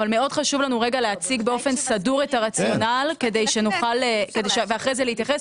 אבל מאוד חשוב לנו להציג באופן סדור את הרציונל ואחרי זה להתייחס,